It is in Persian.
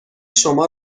شما